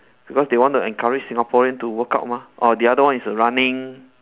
because they want to encourage singaporean to workout mah orh the other one is running